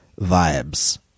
vibes